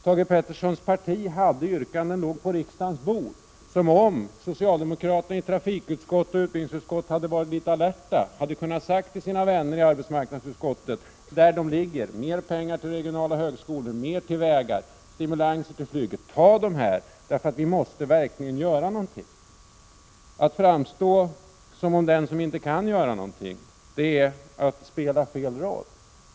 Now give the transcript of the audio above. Thage Petersons parti hade yrkanden liggande på riksdagens bord, och om socialdemokraterna i trafikutskottet och utbildningsutskottet hade varit litet alerta hade de kunnat säga till sina vänner i arbetsmarknadsutskottet, där yrkandena behandlades, att det behövs mer pengar till regionala högskolor, mer till vägar och till stimulanser till flyget. Anta de här förslagen, för vi måste verkligen göra någonting! Att framstå som den som inte kan göra någonting är att spela fel roll.